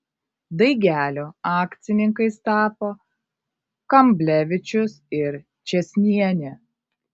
daigelio akcininkais tapo kamblevičius ir čėsnienė